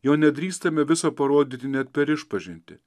jo nedrįstame viso parodyti net per išpažintį